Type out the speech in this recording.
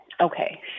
Okay